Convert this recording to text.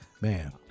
man